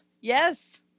Yes